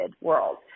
world